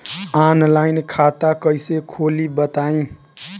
Online खाता कइसे खोली बताई?